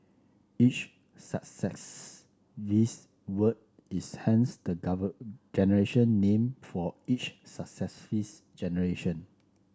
each success this word is hence the generation name for each success this generation